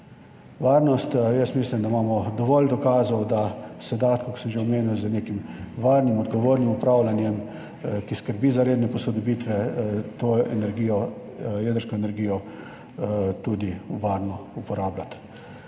varnost. Jaz mislim, da imamo dovolj dokazov, da se da, tako kot sem že omenil, z nekim varnim, odgovornim upravljanjem, ki skrbi za redne posodobitve, to jedrsko energijo tudi varno uporabljati.